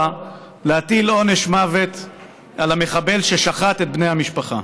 להטיל עונש מוות על המחבל ששחט את בני המשפחה.